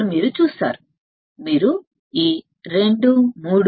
అయినప్పటికీ ఆచరణాత్మక op amp విషయంలో అవుట్పుట్ వోల్టేజ్ సున్నా కాదు